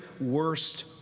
worst